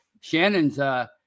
Shannon's